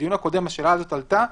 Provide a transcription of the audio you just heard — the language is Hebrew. בדיון הקודם השאלה הזו עלתה.